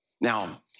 Now